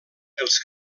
els